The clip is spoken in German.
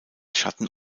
schatten